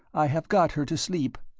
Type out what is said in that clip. i have got her to sleep.